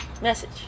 Message